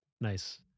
Nice